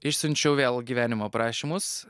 išsiunčiau vėl gyvenimo aprašymus